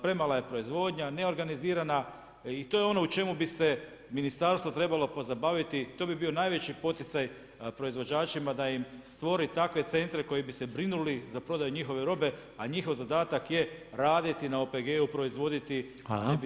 Premala je proizvodnja, neorganizirana i to je ono u čemu bi se ministarstvo trebalo pozabaviti, to bi bio najveći poticaj proizvođačima da im stvori takve centre koji bi se brinuli za prodaju njihove robe, a njihov zadatak je raditi na OPG-u, proizvoditi, ne biti trovac.